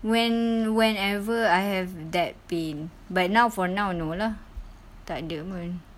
when whenever I have that pain but now for now no lah takde pun